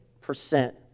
percent